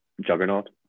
Juggernaut